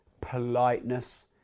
politeness